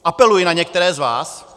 Apeluji na některé z vás: